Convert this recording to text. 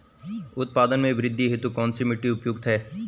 उत्पादन में वृद्धि हेतु कौन सी मिट्टी उपयुक्त है?